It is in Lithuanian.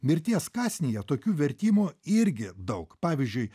mirties kąsnyje tokių vertimų irgi daug pavyzdžiui